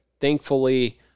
thankfully